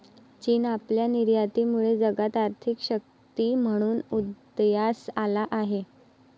चीन आपल्या निर्यातीमुळे जगात आर्थिक शक्ती म्हणून उदयास आला आहे